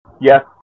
Yes